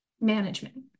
management